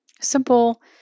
simple